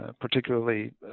particularly